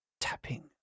tapping